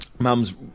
Mum's